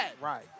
Right